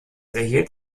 erhielt